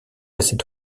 cette